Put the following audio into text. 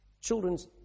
children's